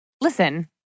Listen